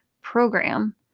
program